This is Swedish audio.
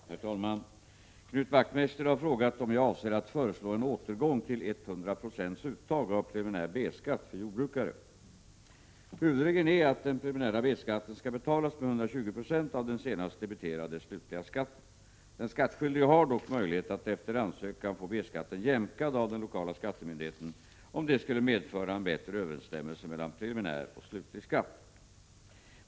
Herr talman! Knut Wachtmeister har frågat om jag avser att föreslå en återgång till 100 96 uttag av preliminär B-skatt för jordbrukare. Huvudregeln är att den preliminära B-skatten skall betalas med 120 96 av den senast debiterade slutliga skatten. Den skattskyldige har dock möjlighet att efter ansökan få B-skatten jämkad av den lokala skattemyndigheten, om detta skulle medföra en bättre överensstämmelse mellan preliminär och slutlig skatt.